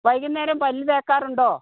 വൈകുന്നേരം പല്ല് തേക്കാറുണ്ടോ